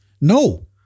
No